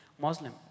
Muslim